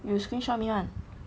you screenshot me [one]